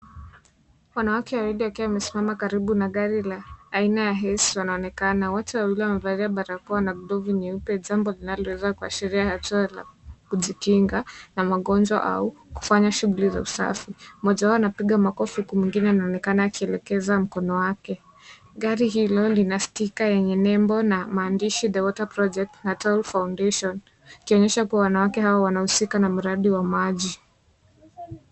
Wanawake wawili wakiwa wamesimama karibu na gari aina ya Ace, wanaonekana. Watu wawili wamevaa barakoa nyeupe jambo linaloweza kuashiria kujikinga na magonjwa au kufanya shuguli za usafi. Moja wao wanapiga makofi uku mwengine anaonekana akielekeza mkono wake. Gari hilo lina sticker yenye nembo lenye maandishi the water project na toll foundation ukionyesha wanawake hao wanausika na mradi wa maji.